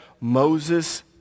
Moses